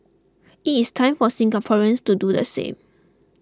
it is time for Singaporeans to do the same